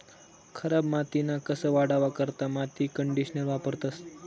खराब मातीना कस वाढावा करता माती कंडीशनर वापरतंस